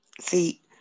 See